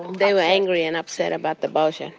they were angry and upset about the bough-shed and